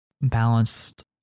balanced